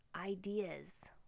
ideas